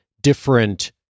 different